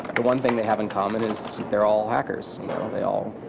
the one thing they have in common is they're all hackers you know they all